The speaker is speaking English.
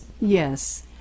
yes